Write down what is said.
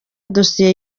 dosiye